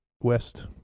West